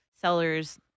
sellers